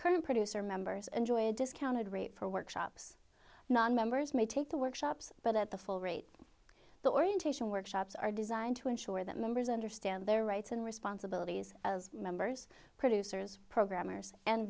current producer members enjoy a discounted rate for workshops nonmembers may take the workshops but at the full rate the orientation workshops are designed to ensure that members understand their rights and responsibilities as members producers programmers and